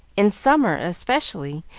in summer, especially,